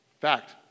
fact